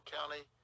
County